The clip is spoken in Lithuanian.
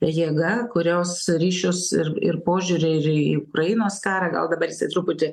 jėga kurios ryšius ir ir požiūrį ir į ukrainos karą gal dabar jisai truputį